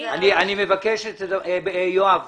פה אחד